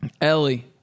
Ellie